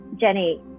Jenny